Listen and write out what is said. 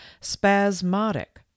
spasmodic